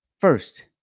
First